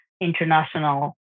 international